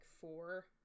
four